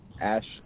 Ash